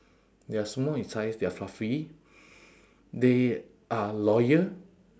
they are small in size they are fluffy they are loyal